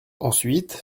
ensuite